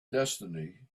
destiny